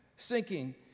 sinking